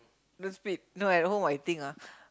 the speed no at home I think ah